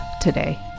today